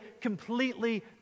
completely